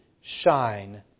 shine